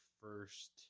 first